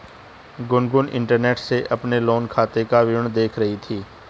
Gungun internet से अपने loan खाते का विवरण देख रही थी